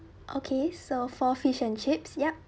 okay so four fish and chips yup